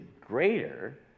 greater